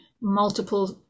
multiple